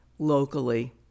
locally